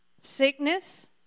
Sickness